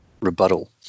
rebuttal